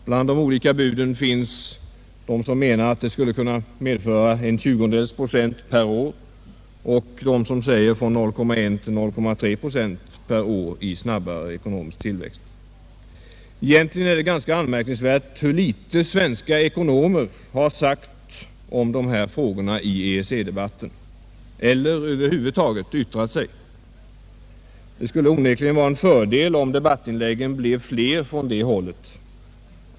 Bland de olika buden finns de som går ut på att den skulle medföra 1/20 procent per år och de som går ut på 0,1 — 0,3 procent per år i snabbare ekonomisk tillväxt. Egentligen är det ganska anmärkningsvärt hur litet svenska ekonomer har sagt om dessa frågor i EEC-debatten — eller över huvud taget yttrat sig. Det skulle onekligen vara en fördel om debattinläggen blev fler från det hållet.